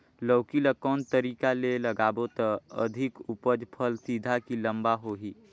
लौकी ल कौन तरीका ले लगाबो त अधिक उपज फल सीधा की लम्बा होही?